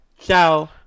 ciao